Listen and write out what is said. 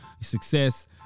success